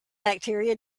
bacteria